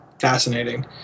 fascinating